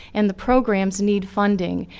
and the programs need funding.